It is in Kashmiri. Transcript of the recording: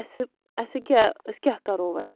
اَسہِ اَسہِ کیٛاہ أسۍ کیٛاہ کَرو وۄنۍ